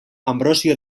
anbrosio